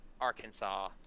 Arkansas